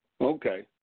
Okay